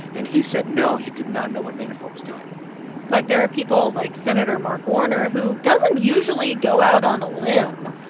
and he said, no, he did not know what manafort was doing but there are people like senator mark warner, who doesn't usually go out on a limb.